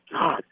God